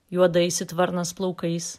juodais it varnas plaukais